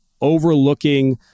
overlooking